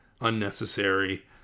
unnecessary